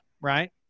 right